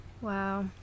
Wow